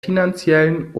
finanziellen